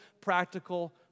practical